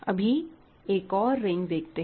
अभी एक और रिंग देखते हैं